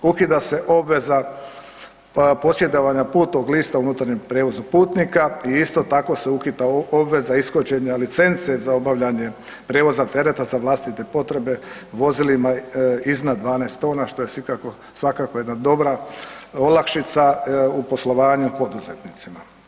Ukida se obveza posjedovanja putnog lista u unutarnjem prijevozu putnika i isto tako se ukida obveza ishođenja licence za obavljanje prijevoza tereta za vlastite potrebe vozilima iznad 12 tona što je svakako jedna dobra olakšica u poslovanju poduzetnicima.